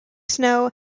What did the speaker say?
snow